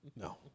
No